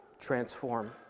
transform